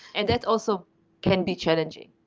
and that also can be challenging.